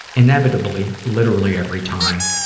inevitably, literally every time,